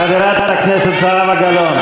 חברת הכנסת זהבה גלאון.